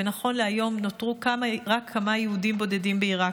ונכון להיום נותרו רק כמה יהודים בודדים בעיראק.